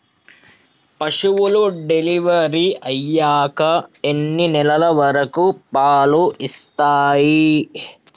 పశువులు డెలివరీ అయ్యాక ఎన్ని నెలల వరకు పాలు ఇస్తాయి?